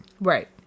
Right